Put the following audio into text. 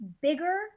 bigger